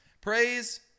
praise